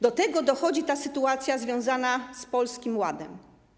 Do tego dochodzi sytuacja związana z Polskim Ładem.